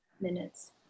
minutes